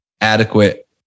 adequate